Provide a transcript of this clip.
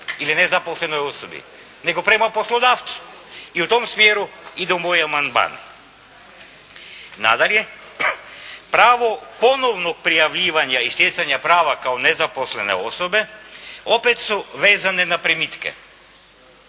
ili nezaposlenoj osobi nego prema poslodavcu i u tom smjeru idu moji amandmani. Nadalje pravo ponovnog prijavljivanja i stjecanja prava kao nezaposlene osobe opet su vezane na primitke.